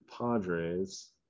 Padres